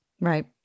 Right